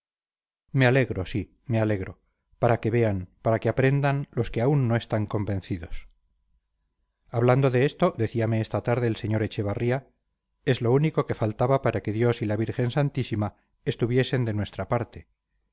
me alegro sí me alegro para que vean para que aprendan los que aún no están convencidos hablando de esto decíame esta tarde el señor echevarría es lo único que faltaba para que dios y la virgen santísima estuviesen de nuestra parte